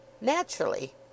Naturally